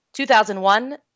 2001